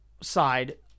side